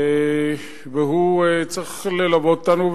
והוא צריך ללוות אותנו,